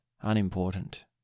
unimportant